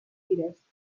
fires